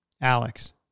Alex